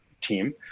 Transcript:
team